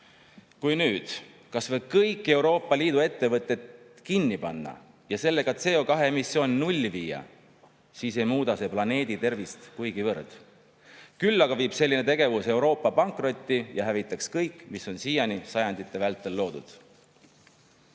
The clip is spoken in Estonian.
Kui nüüd kas või kõik Euroopa Liidu ettevõtted kinni panna ja sellega CO2emissioon nulli viia, siis ei muuda see planeedi tervist kuigivõrd. Küll aga viiks selline tegevus Euroopa pankrotti ja hävitaks kõik, mis on siiani sajandite vältel loodud.